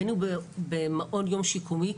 בין אם הוא במעון יום שיקומי,